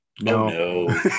no